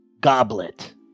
Goblet